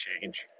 change